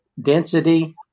density